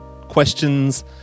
questions